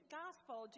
gospel